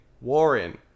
warren